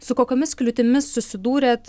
su kokiomis kliūtimis susidūrėt